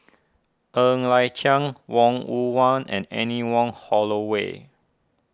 Ng Liang Chiang Wong Yoon Wah and Anne Wong Holloway